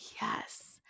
Yes